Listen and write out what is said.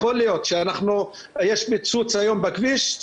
יש פיצוץ היום בכביש,